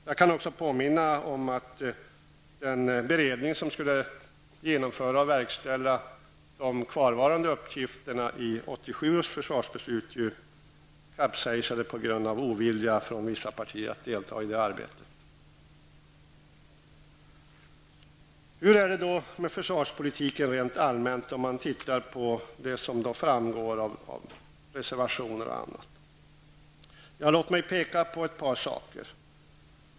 Jag kan också påminna om att den beredning som skulle genomföra och verkställa de kvarvarande uppgifterna i 1987 års försvarsbeslut kapsejsade på grund av ovilja från vissa partier att delta i det arbetet. Hur är det med försvarspolitiken rent allmänt om man tittar på det som framgår av reservationerna osv.? Låt mig peka på ett par saker.